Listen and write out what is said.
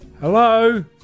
hello